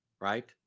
right